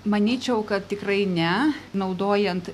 manyčiau kad tikrai ne naudojant